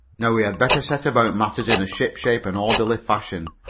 now we had better set about matters in a shipshape and orderly fashion.